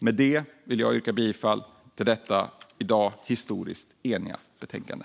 Med det yrkar jag bifall till förslaget i detta historiskt eniga betänkande.